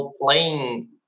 playing